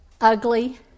ugly